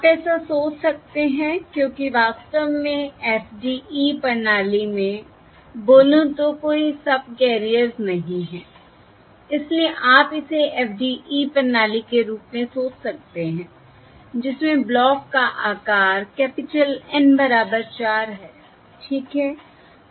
आप ऐसा सोच सकते हैं क्योंकि वास्तव में FDE प्रणाली में बोलूँ तो कोई सबकैरियर्स नहीं हैं इसलिए आप इसे FDE प्रणाली के रूप में सोच सकते हैं जिसमें ब्लॉक का आकार कैपिटल N बराबर 4 है ठीक है